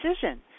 decision